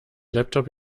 laptop